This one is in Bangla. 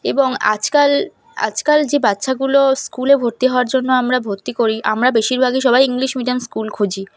এবং আজকাল আজকাল যে বাচ্চাগুলো স্কুলে ভর্তি হওয়ার জন্য আমরা ভর্তি করি আমরা বেশিরভাগই সবাই ইংলিশ মিডিয়াম স্কুল খুঁজি